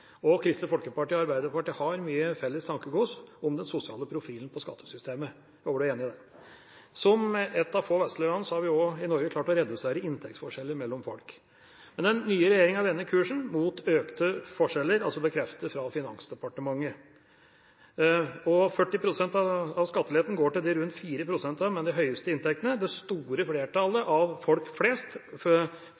det. Kristelig Folkeparti og Arbeiderpartiet har mye felles tankegods om den sosiale profilen på skattesystemet. Jeg håper representanten er enig i det. Som et av få vestlige land har vi i Norge klart å redusere inntektsforskjeller mellom folk, men den nye regjeringa vender kursen mot økte forskjeller – bekreftet fra Finansdepartementet – og 40 pst. av skatteletten går til de rundt 4 pst. med de høyeste inntektene. Det store flertallet